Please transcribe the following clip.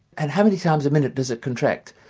and how many times a minute does it contract?